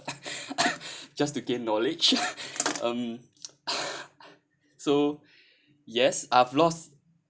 just to gain knowledge um so yes I've lost